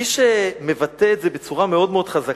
מי שמבטא את זה בצורה מאוד מאוד חזקה